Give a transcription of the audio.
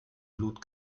blut